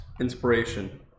Inspiration